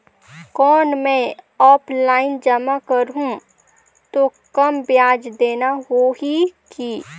कौन मैं ऑफलाइन जमा करहूं तो कम ब्याज देना होही की?